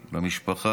למשפחה,